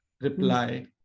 reply